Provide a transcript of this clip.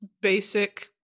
basic